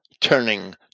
turning